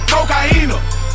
Cocaina